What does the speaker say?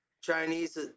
Chinese